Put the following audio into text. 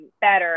better